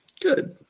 Good